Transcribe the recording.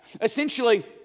Essentially